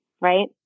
right